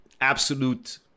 absolute